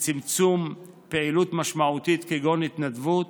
וצמצום פעילות משמעותית כגון התנדבות,